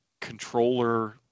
controller